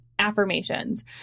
affirmations